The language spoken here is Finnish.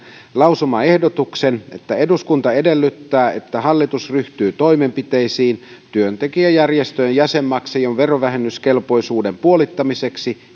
lausumaehdotuksen eduskunta edellyttää että hallitus ryhtyy toimenpiteisiin työntekijäjärjestöjen jäsenmaksujen verovähennyskelpoisuuden puolittamiseksi